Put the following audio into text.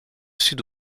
sud